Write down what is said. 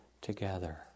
together